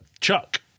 Chuck